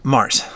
Mars